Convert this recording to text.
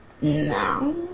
no